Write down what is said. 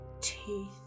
teeth